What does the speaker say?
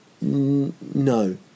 No